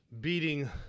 beating